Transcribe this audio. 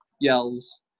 yells